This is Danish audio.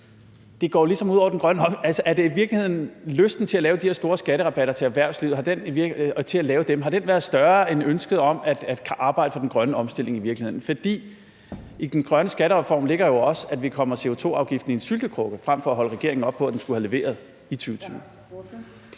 det går jo ligesom ud over den grønne omstilling. Har lysten til at lave de her store skatterabatter til erhvervslivet i virkeligheden været større end ønsket om at arbejde for den grønne omstilling? For i den grønne skattereform ligger der jo også, at vi kommer CO2-afgiften i en syltekrukke frem for at holde regeringen op på, at den skulle have leveret i 2020.